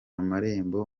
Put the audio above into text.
amarembo